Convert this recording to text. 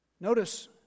Notice